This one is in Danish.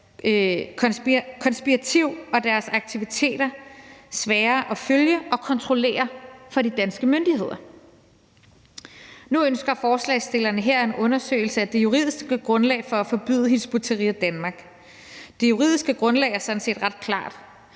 konspiratorisk og deres aktiviteter sværere at følge og kontrollere for de danske myndigheder. Nu ønsker forslagsstillerne her en undersøgelse af det juridiske grundlag for at forbyde Hizb ut-Tahrir Danmark. Det juridiske grundlag er sådan set ret klart.